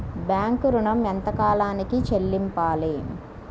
Bank ఋణం ఎంత కాలానికి చెల్లింపాలి?